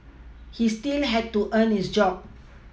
he still had to earn his job